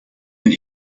and